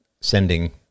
sending